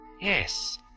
Yes